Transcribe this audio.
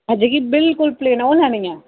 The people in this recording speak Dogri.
जेह्की बिल्कुल प्लेन ओह् लैनी ऐ